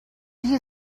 you